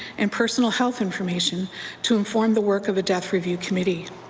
and personal health information to inform the work of a death review committee.